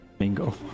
Mingo